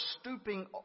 stooping